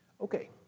okay